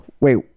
wait